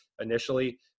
initially